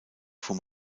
vom